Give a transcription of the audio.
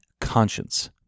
conscience